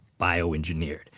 bioengineered